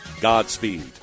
Godspeed